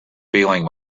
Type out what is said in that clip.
feeling